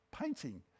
painting